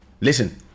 Listen